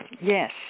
Yes